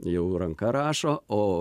jau ranka rašo o